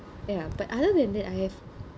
ya but other than that I have